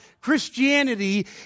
Christianity